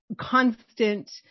constant